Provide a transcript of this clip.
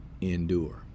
endure